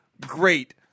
great